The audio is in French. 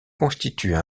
constituent